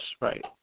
right